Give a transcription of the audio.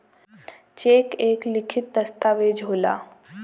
check एक लिखित दस्तावेज होला